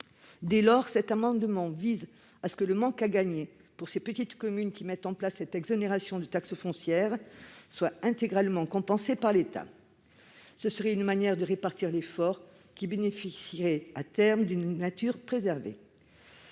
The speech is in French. Dès lors, cet amendement vise à ce que le manque à gagner pour ces petites communes qui mettent en place cette exonération de taxe foncière soit intégralement compensé par l'État. Ce serait une manière de répartir l'effort et cela bénéficierait, à terme, à la préservation